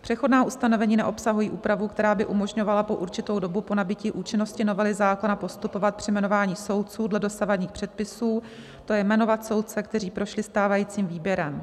Přechodná ustanovení neobsahují úpravu, která by umožňovala po určitou dobu po nabytí účinnosti novely zákona postupovat při jmenování soudců dle dosavadních předpisů, to je jmenovat soudce, kteří prošli stávajícím výběrem.